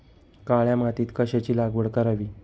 काळ्या मातीत कशाची लागवड करावी?